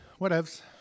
whatevs